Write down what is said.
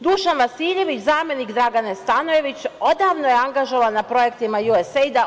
Dušan Vasiljević, zamenika Dragane Stanojević, odavno je angažovan na projektima USAID.